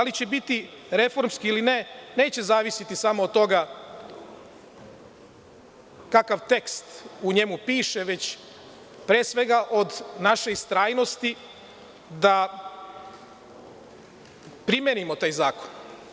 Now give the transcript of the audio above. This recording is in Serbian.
Da li će biti reformski ili ne, neće zavisiti samo od toga kakav tekst u njemu piše, već pre svega od naše istrajnosti da primenimo taj zakon.